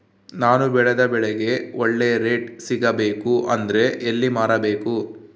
ನಾನು ಬೆಳೆದ ಬೆಳೆಗೆ ಒಳ್ಳೆ ರೇಟ್ ಸಿಗಬೇಕು ಅಂದ್ರೆ ಎಲ್ಲಿ ಮಾರಬೇಕು?